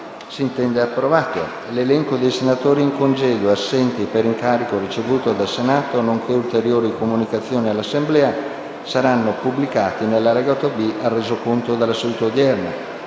finestra"). L'elenco dei senatori in congedo e assenti per incarico ricevuto dal Senato, nonché ulteriori comunicazioni all'Assemblea saranno pubblicati nell'allegato B al Resoconto della seduta odierna.